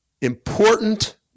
important